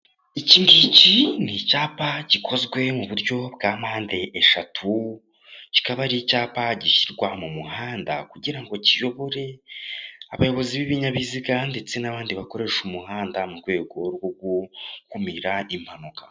Ikingiki ni icyapa gikozwe mu buryo bwa mpande eshatu, kikaba ari icyapa gishyirwa mu muhanda kugira ngo kiyobore abayobozi b'ibinyabiziga ndetse n'abandi bakoresha umuhanda mu rwego rwo gukumira impanuka.